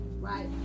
right